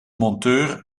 monteur